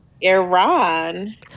Iran